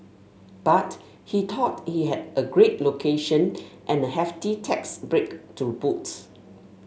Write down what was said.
but he thought he had a great location and a hefty tax break to boot